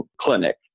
clinic